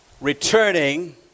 returning